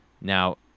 Now